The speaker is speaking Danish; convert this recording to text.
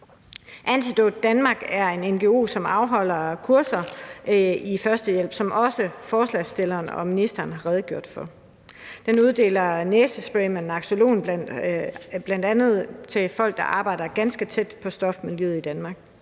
Antidote Danmark er en ngo, som afholder kurser i førstehjælp, som også ordføreren for forespørgerne og ministeren har redegjort for. Den uddeler næsespray med naloxon bl.a. til folk, der arbejder ganske tæt på stofmiljøet i Danmark.